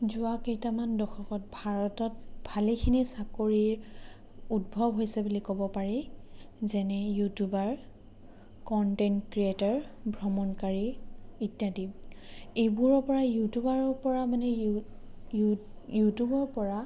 যোৱা কেইটামান দশকত ভাৰতত ভালেখিনি চাকৰিৰ উদ্ভৱ হৈছে বুলি ক'ব পাৰি যেনে ইউটিউবাৰ কনটেণ্ট ক্ৰিয়েটৰ ভ্ৰমণকাৰী ইত্যাদি এইবোৰৰ পৰা ইউটিউবাৰৰ পৰা মানে ইউটিউবৰ পৰা